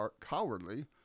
cowardly